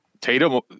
Tatum